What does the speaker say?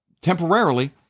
temporarily